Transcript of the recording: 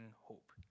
hope